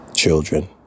children